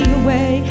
away